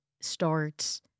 starts